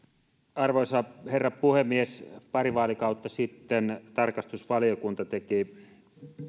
arvoisa herra puhemies pari vaalikautta sitten tarkastusvaliokunta teki